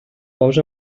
paus